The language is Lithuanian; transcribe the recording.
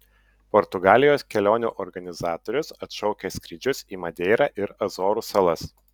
portugalijos kelionių organizatorius atšaukia skrydžius į madeirą ir azorų salas